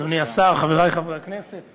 אדוני היושב-ראש, אדוני השר, חברי חברי הכנסת,